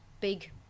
big